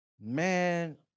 Man